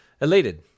Elated